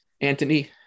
Anthony